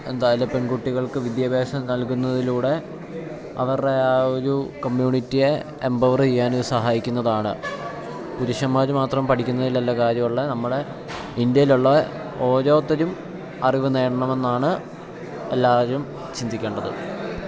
എന്തായാലും പെൺകുട്ടികൾക്ക് വിദ്യാഭ്യാസം നൽകുന്നതിലൂടെ അവരുടെ ആ ഒരു കമ്മ്യൂണിറ്റിയെ എംപവർ ചെയ്യാൻ സഹായിക്കുന്നതാണ് പുരുഷന്മാർ മാത്രം പഠിക്കുന്നതിൽ അല്ല കാര്യം ഉള്ളത് നമ്മളെ ഇന്ത്യയിലുള്ള ഓരോരുത്തരും അറിവ് നേടണമെന്നാണ് എല്ലാവരും ചിന്തിക്കേണ്ടത്